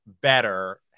better